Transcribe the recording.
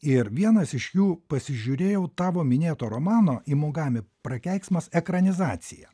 ir vienas iš jų pasižiūrėjau tavo minėto romano imugami prakeiksmas ekranizacija